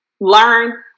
learn